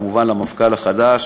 כמובן למפכ"ל החדש,